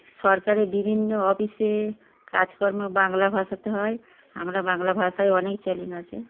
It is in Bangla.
সরকারে বিভিন্ন অফিসে কাজকর্ম বাংলা ভাষাতে হয় আমরা বাংলা ভাষায় অনেক চ্যানেল আছে